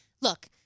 look